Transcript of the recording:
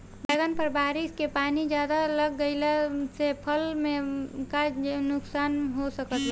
बैंगन पर बारिश के पानी ज्यादा लग गईला से फसल में का नुकसान हो सकत बा?